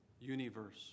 universe